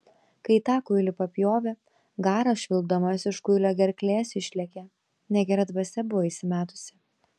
kai tą kuilį papjovė garas švilpdamas iš kuilio gerklės išlėkė negera dvasia buvo įsimetusi